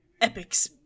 epics